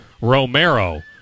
Romero